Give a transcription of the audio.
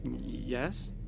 Yes